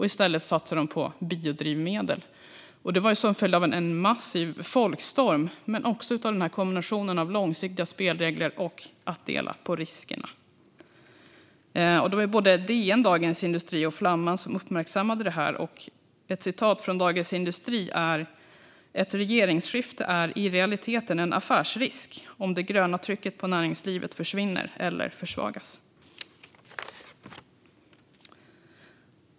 I stället satsar de på biodrivmedel. Det var en följd av en massiv folkstorm och en kombination av långsiktiga spelregler och att dela på riskerna. Både DN, Dagens industri och Flamman har uppmärksammat detta. Av Dagens industri framgår att ett regeringsskifte i realiteten är en affärsrisk om det gröna trycket på näringslivet försvinner eller försvagas.